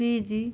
fridge